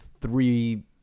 three